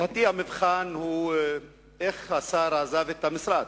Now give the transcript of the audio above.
לדעתי, המבחן הוא איך השר עזב את המשרד.